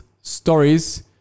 stories